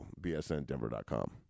bsndenver.com